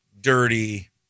dirty